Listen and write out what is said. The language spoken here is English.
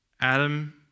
Adam